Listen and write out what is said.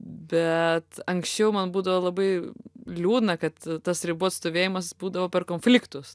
bet anksčiau man būdavo labai liūdna kad tas ribų atstovėjimas būdavo per konfliktus